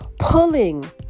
Pulling